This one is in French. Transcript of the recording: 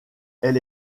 elle